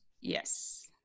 Yes